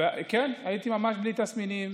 כן, הייתי ממש בלי תסמינים.